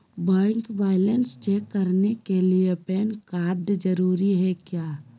Bank balance check करने के लिए पैन कार्ड जरूरी है क्या?